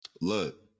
look